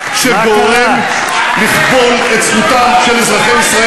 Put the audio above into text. שגורם לכבול את זכותם של אזרחי ישראל